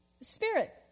Spirit